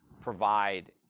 provide